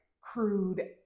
crude